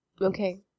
Okay